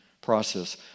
process